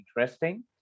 interesting